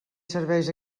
serveis